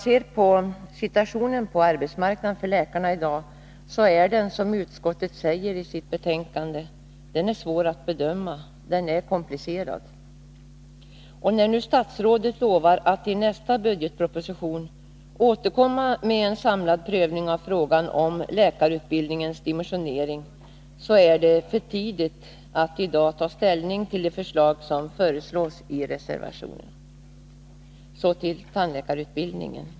Situationen på arbetsmarknaden för läkarna är, som utskottet säger i sitt betänkande, svår att bedöma i dag. Den är komplicerad, och när nu statsrådet lovar att i nästa budgetproposition återkomma med en samlad prövning av frågan om läkarutbildningens dimensionering, är det för tidigt att i dag ta ställning till de förslag som framförs i reservationen. Så till tandläkarutbildningen.